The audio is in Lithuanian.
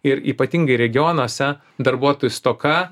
ir ypatingai regionuose darbuotojų stoka